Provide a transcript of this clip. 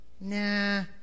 Nah